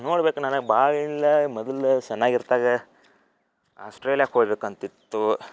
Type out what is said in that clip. ನೋಡ್ಬೇಕು ನನಗೆ ಭಾಳ ಇಲ್ಲ ಮೊದಲು ಸಣ್ಣಗಿದ್ದಾಗ ಆಸ್ಟ್ರೇಲಿಯಾಕ್ಕೆ ಹೋಗಬೇಕಂತಿತ್ತು